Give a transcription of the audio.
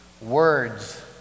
words